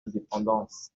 indépendance